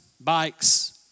bikes